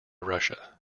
russia